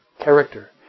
character